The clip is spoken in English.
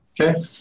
Okay